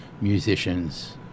musicians